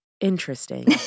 interesting